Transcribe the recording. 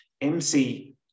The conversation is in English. MC